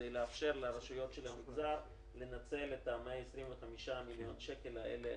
כדי לאפשר לרשויות של המגזר לנצל את ה-125 מיליון שקל האלה,